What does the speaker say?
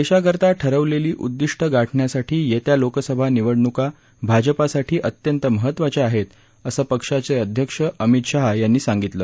देशाकरता ठरवलेली उद्दिष्ट गाठण्यासाठी येत्या लोकसभा निवडणुका भाजपासाठी अत्यंत महत्त्वाच्या आहेत असं पक्षाचे अध्यक्ष अमित शाह यांनी सांगितलं